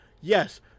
yes